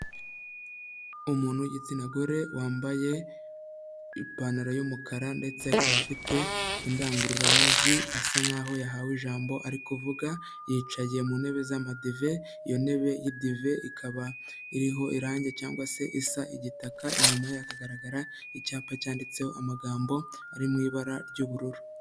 Umuntu w'igitsina gore wambaye ipantaro y'umukara ndetse akaba afite indangururamajwi asa nkaho yahawe ijambo ari kuvuga, yicaye mu ntebe z'amadive iyo ntebe y'idive ikaba iriho irange cyangwa se isa igitaka, inyuma ye hakagaragara icyapa cyanditseho amagambo ari mu ibara ry'ubururu.